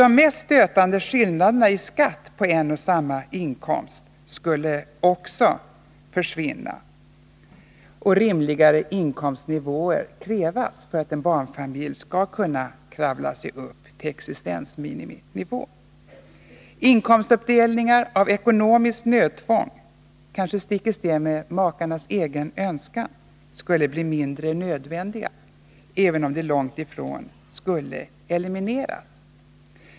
De mest stötande skillnaderna i skatt på en och samma inkomst skulle också försvinna och rimligare inkomstnivåer krävas för att en barnfamilj skall kunna kravla sig upp till existensminiminivå. Inkomstuppdelningar av ekonomiskt nödtvång — kanske stick i stäv mot makarnas egen önskan — skulle bli mindre nödvändiga, även om de långt ifrån skulle elimineras.